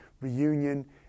reunion